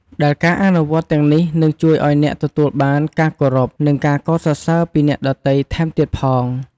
ដែលការអនុវត្តន៍ទាំងនេះនឹងជួយឱ្យអ្នកទទួលបានការគោរព និងការកោតសរសើរពីអ្នកដទៃថែមទៀតផង។